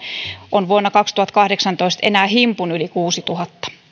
on vuonna kaksituhattakahdeksantoista enää himpun yli kuudennessatuhannennessa